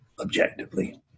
objectively